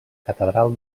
catedral